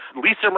Lisa